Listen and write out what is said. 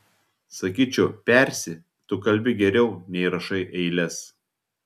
sakyčiau persi tu kalbi geriau nei rašai eiles